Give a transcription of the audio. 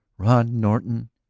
rod norton,